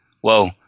whoa